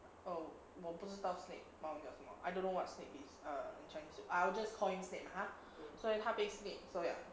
err 我不知道 snape 华文叫什么 I don't know what's snape err in chinese I will just call him snape lah ha so 他被 snape